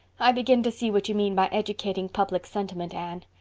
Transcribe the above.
i begin to see what you mean by educating public sentiment, anne.